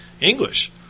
English